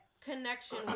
connection